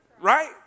right